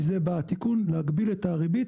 מזה בא התיקון להגביל את הריבית.